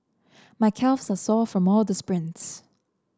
my calves are sore from all the sprints